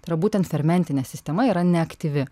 tai yra būtent fermentinė sistema yra neaktyvi